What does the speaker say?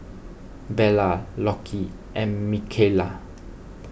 Bella Lockie and Mikayla